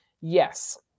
Yes